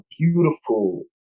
beautiful